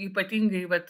ypatingai vat